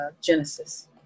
Genesis